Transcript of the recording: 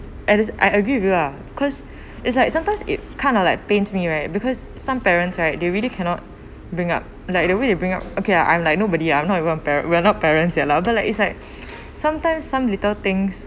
and is I agree with you ah cause it's like sometimes it's kind of like pains me right because some parents right they really cannot bring up like the way they bring up okay I'm like nobody I'm not even a pa~ we are not parents yet lah after all it's like sometimes some little things